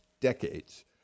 decades